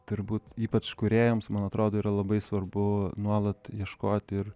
turbūt ypač kūrėjams man atrodo yra labai svarbu nuolat ieškoti ir